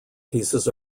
pieces